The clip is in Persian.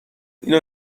اینو